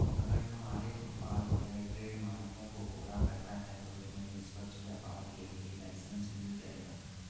अगर तुम्हारे उत्पाद फेयरट्रेड मानकों को पूरा करता है तो तुम्हें निष्पक्ष व्यापार के लिए लाइसेन्स मिल जाएगा